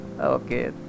Okay